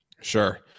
Sure